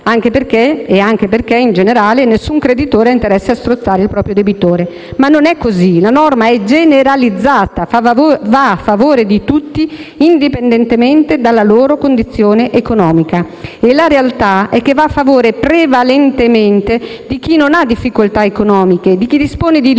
economica, e anche perché, in generale, nessun creditore ha interesse a strozzare il proprio debitore. Ma non è così: la norma è generalizzata e va a favore di tutti, indipendentemente dalla loro condizione economica. La realtà è che va a favore prevalentemente di chi non ha difficoltà economiche, di chi dispone di liquidità